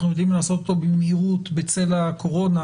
אנחנו יודעים לעשות אותו במהירות בצל הקורונה,